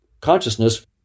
consciousness